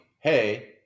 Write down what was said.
hey